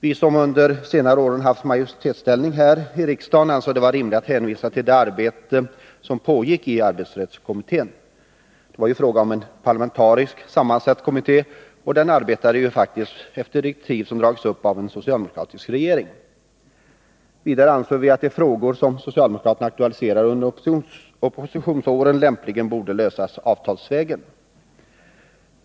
Vi som under de senare åren haft måjoritetsställning här i riksdagen ansåg att det var rimligt att hänvisa till det arbete som pågick i arbetsrättskommittén. Det var fråga om en parlamentariskt sammansatt kommitté, och den arbetade faktiskt efter direktiv som hade dragits upp av en socialdemokratisk regering. Vidare ansåg vi att de frågor som socialdemokraterna aktualiserade under oppositionsåren lämpligen borde lösas avtalsvägen.